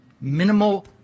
minimal